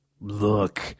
Look